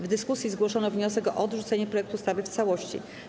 W dyskusji zgłoszono wniosek o odrzucenie projektu ustawy w całości.